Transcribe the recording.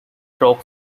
rock